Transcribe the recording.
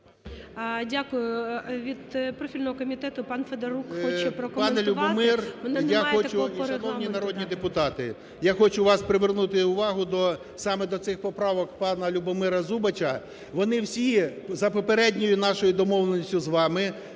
Дякую. Від профільного комітету пан Федорук хоче прокоментувати.